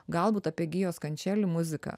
galbūt apie gijos kančeli muziką